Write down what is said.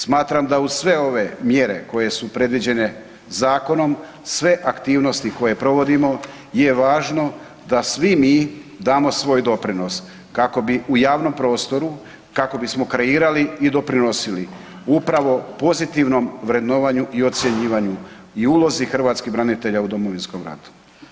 Smatram da uz sve ove mjere koje su predviđene zakonom uz sve aktivnosti koje provodimo je važno da svi mi damo svoj doprinos kako bi u javnom prostoru, kako bismo kreirali i doprinosili upravo pozitivnom vrednovanju i ocjenjivanju i ulozi hrvatskih branitelja u Domovinskom ratu.